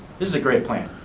this is a great plan.